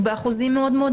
הם באחוזים מאוד מאוד נמוכים.